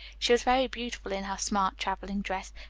she was very beautiful in her smart travelling dress,